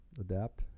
adapt